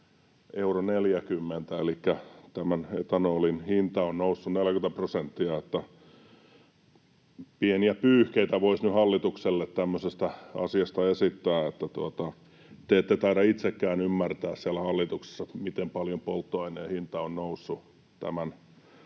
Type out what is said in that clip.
euro 40, elikkä etanolin hinta on noussut 40 prosenttia. Pieniä pyyhkeitä voisi nyt hallitukselle tämmöisestä asiasta esittää, että te ette taida itsekään ymmärtää siellä hallituksessa, miten paljon polttoaineen hinta on noussut tämän